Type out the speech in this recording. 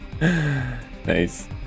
Nice